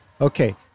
Okay